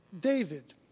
David